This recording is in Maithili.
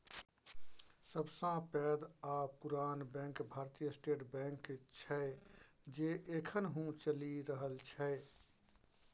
सबसँ पैघ आ पुरान बैंक भारतीय स्टेट बैंक छै जे एखनहुँ चलि रहल छै